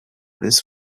this